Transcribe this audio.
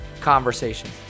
conversation